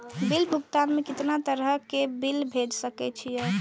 Bill भुगतान में कितना तरह के बिल भेज सके छी?